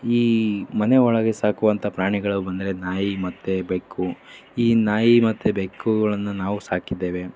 ಈ ಮನೆ ಒಳಗೆ ಸಾಕುವಂಥ ಪ್ರಾಣಿಗಳು ಬಂದರೆ ನಾಯಿ ಮತ್ತು ಬೆಕ್ಕು ಈ ನಾಯಿ ಮತ್ತು ಬೆಕ್ಕುಗಳನ್ನು ನಾವು ಸಾಕಿದ್ದೇವೆ